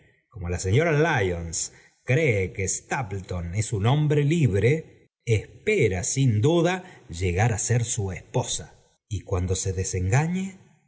como la señora lyons cree que stapleton es un hombre libre espera sin duda llegar á ser su esposa y cuando se desengañe